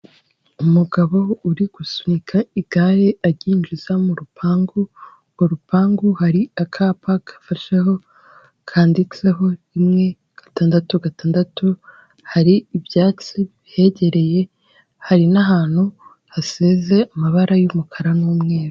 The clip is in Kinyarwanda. Umugabo uri gusunika igare aryinjiza mu rupangu, urwo rupangu hari akapa gafasheho kandiditseho rimwe gatandatu gatandatu, hari ibyatsi bihegereye, hari n'ahantu hasize amabara y'umukara n'umweru.